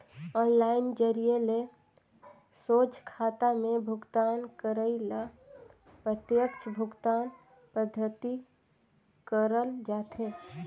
online जरिए ले सोझ खाता में भुगतान करई ल प्रत्यक्छ भुगतान पद्धति कहल जाथे